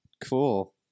Cool